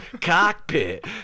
Cockpit